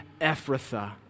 Ephrathah